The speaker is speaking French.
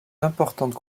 importante